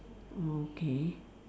okay